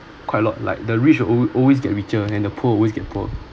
quite a lot like the rich alwa~ always get richer and the poor always get poor